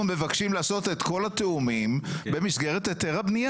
אנחנו מבקשים לעשות את כל התיאומים במסגרת היתר הבנייה.